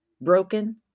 broken